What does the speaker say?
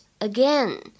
again